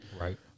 Right